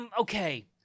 Okay